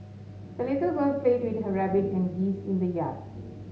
the little girl played with her rabbit and geese in the yard